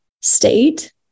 state